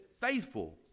faithful